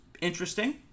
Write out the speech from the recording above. interesting